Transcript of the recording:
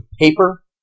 paper